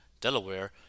Delaware